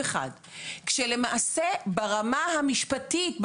זה מה שהבנתי לפחות ממשרד המשפטים.